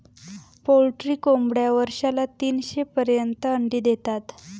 poultry कोंबड्या वर्षाला तीनशे पर्यंत अंडी देतात